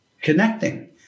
connecting